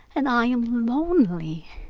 and i am lonely.